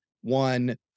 one